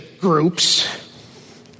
groups